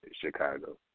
Chicago